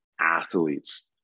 athletes